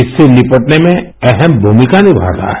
इससे निपटने में अहम भूमिका निभाता है